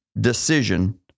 decision